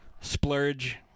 Splurge